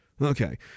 okay